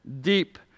deep